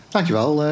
Dankjewel